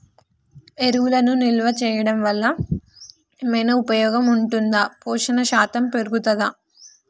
ఎరువులను నిల్వ చేయడం వల్ల ఏమైనా ఉపయోగం ఉంటుందా పోషణ శాతం పెరుగుతదా?